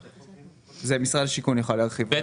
משרד השיכון יוכל להרחיב.